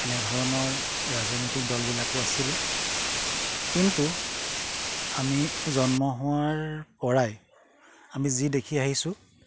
এনেধৰণৰ ৰাজনৈতিক দলবিলাকো আছিলে কিন্তু আমি জন্ম হোৱাৰ পৰাই আমি যি দেখি আহিছোঁ